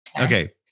Okay